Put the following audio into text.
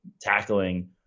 tackling